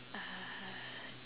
uh